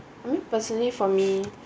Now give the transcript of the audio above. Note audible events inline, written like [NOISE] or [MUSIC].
[NOISE] personally for me